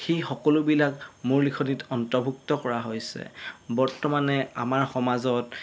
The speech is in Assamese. সেই সকলোবিলাক মোৰ লিখনিত অন্তৰ্ভুক্ত কৰা হৈছে বৰ্তমানে আমাৰ সমাজত